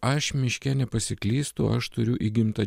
aš miške nepasiklystu aš turiu įgimtą